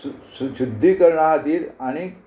शु शु शुध्दीकरणा खातीर आणीक